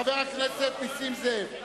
חבר הכנסת נסים זאב,